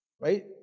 Right